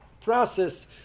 process